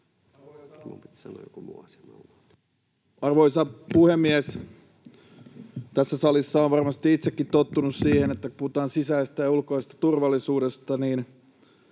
Arvoisa puhemies! Kun tässä salissa on varmasti itsekin tottunut siihen, että puhutaan sisäisestä ja ulkoisesta turvallisuudesta, niin